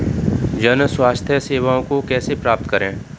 जन स्वास्थ्य सेवाओं को कैसे प्राप्त करें?